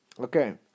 Okay